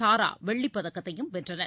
தாராவெள்ளிப் பதக்கத்தையும் வென்றனர்